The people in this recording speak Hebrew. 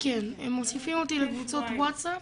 כן, הם מוסיפים אותי לקבוצות ווטסאפ,